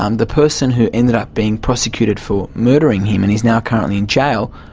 um the person who ended up being prosecuted for murdering him and is now currently in jail,